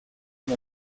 une